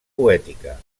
poètica